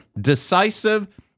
decisive